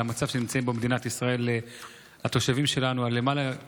על המצב שנמצאים בו התושבים שלנו במדינת ישראל.